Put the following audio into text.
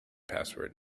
password